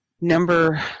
number